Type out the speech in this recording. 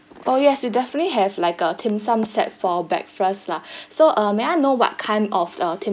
oh yes we definitely have like a dim sum set for breakfast lah so may I know what kind of dim